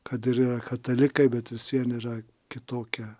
kad ir yra katalikai bet vis vien yra kitokia